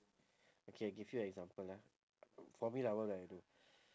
okay I give you example ah for me lah what would I do